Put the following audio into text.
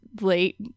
late